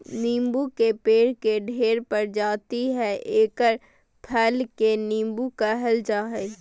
नीबू के पेड़ के ढेर प्रजाति हइ एकर फल के नीबू कहल जा हइ